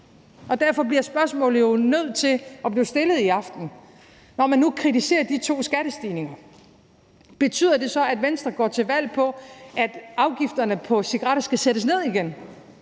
Derfor bliver jeg jo nødt til at stille dette spørgsmål i aften: Når man nu kritiserer de to skattestigninger, betyder det så, at Venstre går til valg på, at afgifterne på cigaretter skal sættes ned igen?